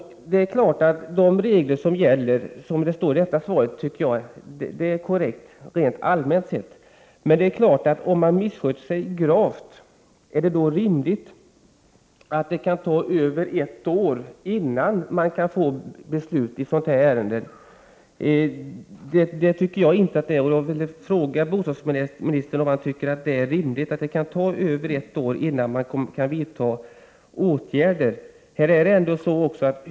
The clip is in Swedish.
Då är det litet lättare. De regler som gäller är naturligtvis korrekta rent allmänt sett, som det också står i svaret. Men om hyresgästen missköter sig gravt, är det då rimligt att det kan ta över ett år innan man kan få beslut i ärendet? Det tycker inte jag. Då vill jag fråga bostadsministern om han anser det rimligt att det kan ta över ett år innan man kan vidta åtgärder.